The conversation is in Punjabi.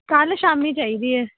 ਕੱਲ੍ਹ ਸ਼ਾਮੀ ਚਾਹੀਦੀ ਹੈ